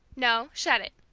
no, shut it.